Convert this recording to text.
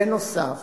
בנוסף